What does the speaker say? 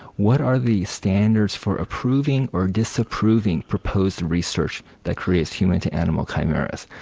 what are the standards for approving or disapproving proposed research that creates human-to-animal chimeras.